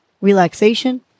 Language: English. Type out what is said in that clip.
relaxation